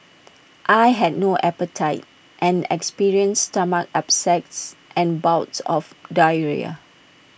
I had no appetite and experienced stomach upsets and bouts of diarrhoea